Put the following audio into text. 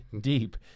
deep